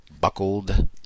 buckled